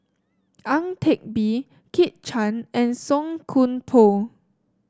Ang Teck Bee Kit Chan and Song Koon Poh